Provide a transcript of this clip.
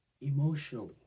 Emotionally